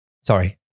Sorry